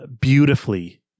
beautifully